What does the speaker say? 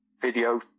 video